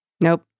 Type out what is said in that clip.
Nope